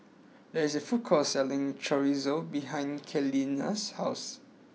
there is a food court selling Chorizo behind Kenia's house